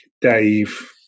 Dave